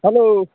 hello